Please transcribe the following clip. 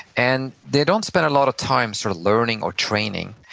and they don't spend a lot of time sort of learning or training,